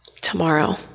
tomorrow